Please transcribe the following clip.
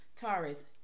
Taurus